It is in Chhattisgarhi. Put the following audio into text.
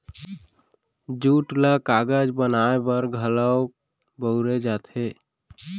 जूट ल कागज बनाए बर घलौक बउरे जाथे